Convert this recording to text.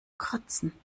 kratzen